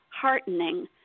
heartening